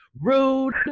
Rude